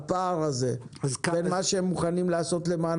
הפער הזה בין מה שהם מוכנים לעשות למען